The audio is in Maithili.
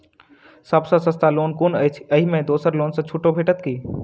सब सँ सस्ता लोन कुन अछि अहि मे दोसर लोन सँ छुटो भेटत की?